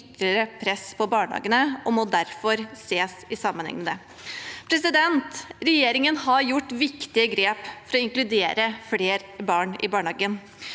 ytterligere press på barnehagene og må derfor ses i sammenheng med det. Regjeringen har gjort viktige grep for å inkludere flere barn i barnehagen.